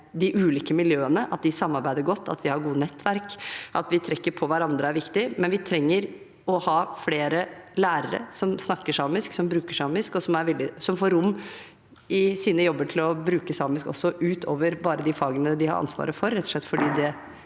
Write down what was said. de ulike miljøene, at de samarbeider godt, at vi har gode nettverk, at vi trekker på hverandre, er viktig. Men vi trenger å ha flere lærere som snakker samisk, som bruker samisk, og som får rom i sine jobber til å bruke samisk også utover bare i de fagene de har ansvaret for, rett og slett fordi det